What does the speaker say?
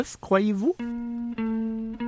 croyez-vous